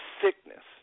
sickness